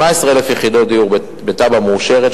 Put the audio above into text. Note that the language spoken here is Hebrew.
18,000 יחידות דיור בתב"ע מאושרת,